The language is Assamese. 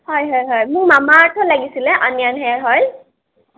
হয় হয় হয় মোক মামাআৰ্থৰ লাগিছিলে অনিয়ন হেয়াৰ অইল